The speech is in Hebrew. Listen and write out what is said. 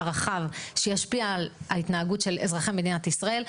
רחב ושישפיע על ההתנהגות של אזרחי מדינת ישראל,